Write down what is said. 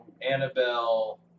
Annabelle